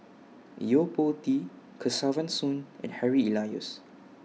Yo Po Tee Kesavan Soon and Harry Elias